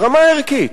ברמה הערכית,